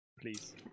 Please